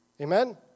Amen